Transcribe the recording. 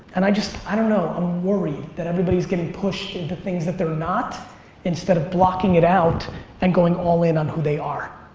and i just, i don't know, i'm worried that everybody's getting pushed into things that they're not instead of blocking it out and going all in on who they are.